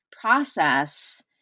process